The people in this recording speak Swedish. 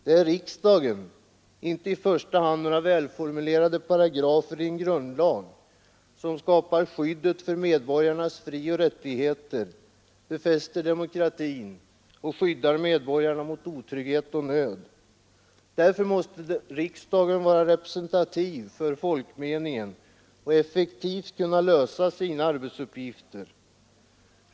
Det är riksdagen, inte i första hand några välformulerade paragrafer i en grundlag, som skapar skyddet för medborgarnas frioch rättigheter, befäster demokratin och skyddar medborgarna mot otrygghet och nöd. Då måste riksdagen vara representativ för folkmeningen och effektivt kunna lösa sina arbetsuppgifter.